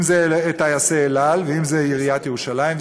אם טייסי "אל על" ואם עיריית ירושלים,